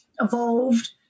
evolved